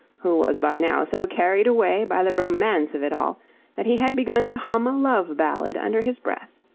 who was by now so carried away by the romance of it all that he had begun to hum a love-ballad under his breath.